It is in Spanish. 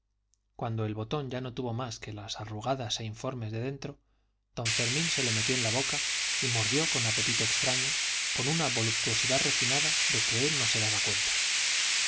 cuando el botón ya no tuvo más que las arrugadas e informes de dentro don fermín se lo metió en la boca y mordió con apetito extraño con una voluptuosidad refinada de que él no se daba cuenta